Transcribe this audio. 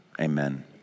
Amen